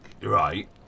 Right